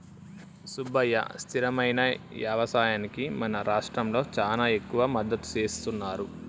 సుబ్బయ్య స్థిరమైన యవసాయానికి మన రాష్ట్రంలో చానా ఎక్కువ మద్దతు సేస్తున్నారు